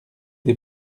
des